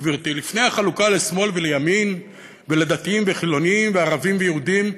גברתי: לפני החלוקה לשמאל ולימין ולדתיים וחילונים וערבים ויהודים,